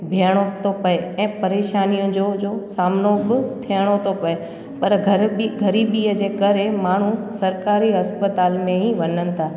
बीहिणो थो पिए ऐं परेशानियूं जो जो सामनो बि थियणो थो पिए पर घर बि ग़रीबीअ जे करे माण्हू सरकारी इस्पतालि में ई वञनि था